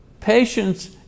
Patience